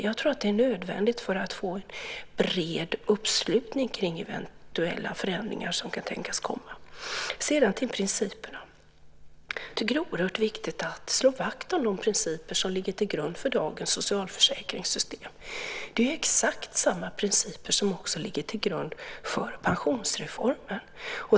Jag tror att det är nödvändigt för att få en bred uppslutning kring eventuella förändringar som kan tänkas komma. Sedan till principerna. Jag tycker att det är oerhört viktigt att slå vakt om de principer som ligger till grund för dagens socialförsäkringssystem. Det är exakt samma principer som ligger till grund för pensionsreformen.